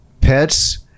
pets